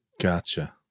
Gotcha